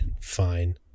Fine